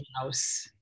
house